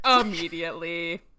Immediately